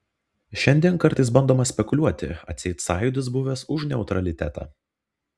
šiandien kartais bandoma spekuliuoti atseit sąjūdis buvęs už neutralitetą